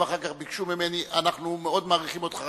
הם אחר כך ביקשו ממני: אנחנו מאוד מעריכים אותך,